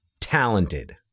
talented